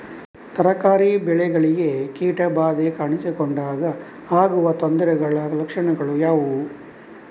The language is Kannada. ತರಕಾರಿ ಬೆಳೆಗಳಿಗೆ ಕೀಟ ಬಾಧೆ ಕಾಣಿಸಿಕೊಂಡಾಗ ಆಗುವ ತೊಂದರೆಗಳ ಲಕ್ಷಣಗಳು ಯಾವುವು?